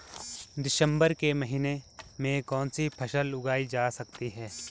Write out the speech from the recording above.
दिसम्बर के महीने में कौन सी फसल उगाई जा सकती है?